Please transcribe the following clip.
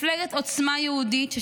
מפלגת עוצמה יהודית,